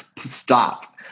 Stop